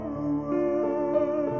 away